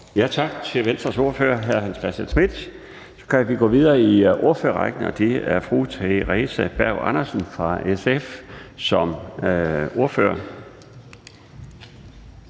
Tak til Venstres ordfører, hr. Hans Christian Schmidt. Så kan vi gå videre i ordførerrækken til fru Theresa Berg Andersen fra SF. Værsgo.